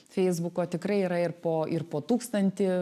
feisbuko tikrai yra ir po ir po tūkstantį